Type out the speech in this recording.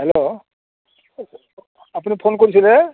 hello আপুনি phone কৰিছিলে